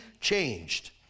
changed